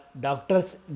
doctors